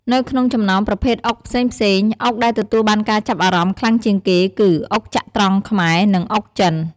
នៅក្នុងចំណោមប្រភេទអុកផ្សេងៗ អុកដែលទទួលបានការចាប់អារម្មណ៍ខ្លាំងជាងគេគឺ អុកចត្រង្គខ្មែរ និង អុកចិន ។